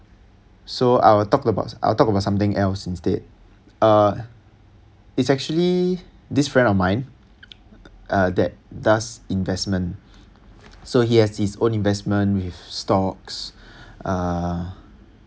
so I will talk about I'll talk about something else instead uh it's actually this friend of mine uh that does investment so he has his own investment with stocks uh